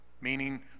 meaning